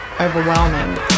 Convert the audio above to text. overwhelming